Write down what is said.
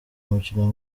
umukino